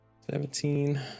seventeen